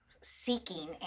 seeking